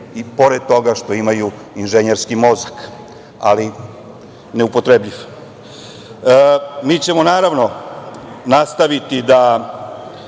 i pored toga što imaju inženjerski mozak, ali neupotrebljiv. Mi ćemo, naravno, nastaviti da